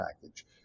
package